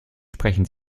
sprechen